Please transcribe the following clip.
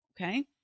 Okay